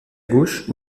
gauche